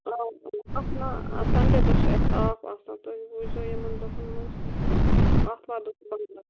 Sunday دۄہ چھُ اَسہِ آف آسان تُہۍ وٕچھۍزیو یِمن دۄہن منٛز تہٕ آتھوار دۄہ چھُ